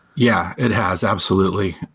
yeah, it has. absolutely.